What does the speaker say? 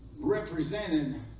represented